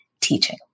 teaching